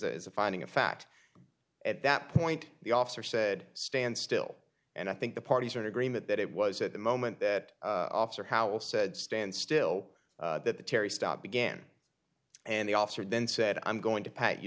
as a finding of fact at that point the officer said stand still and i think the parties are in agreement that it was at the moment that officer howell said stand still that the terry stop began and the officer then said i'm going to pat you